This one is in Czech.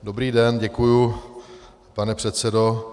Dobrý den, děkuji, pane předsedo.